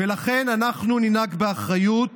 ולכן אנחנו ננהג באחריות